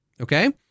Okay